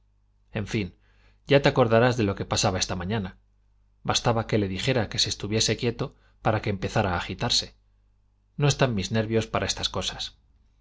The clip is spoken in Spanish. en fin ya te acordarás de lo que pasaba esta mañana bastaba que le dijera que se estuviese quieto para que empezara a agitarse no están mis nervios para estas cosas